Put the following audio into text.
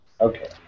Okay